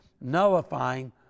nullifying